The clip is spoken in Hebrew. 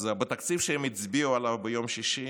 אז בתקציב שהם הצביעו עליו ביום שישי,